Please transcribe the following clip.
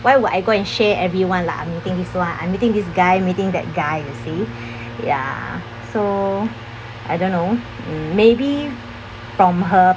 why would I go and share everyone like I'm meeting this one I'm meeting this guy meeting that guy you see ya so I don't know mm maybe from her